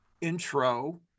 intro